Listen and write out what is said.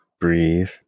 breathe